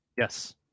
Yes